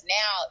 now